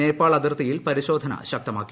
നേപ്പാൾ അതിർത്തിയിൽ പരിശോധന ശക്തമാക്കി